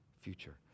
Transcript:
future